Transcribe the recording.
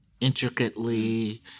intricately